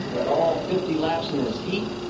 led all fifty laps in his heat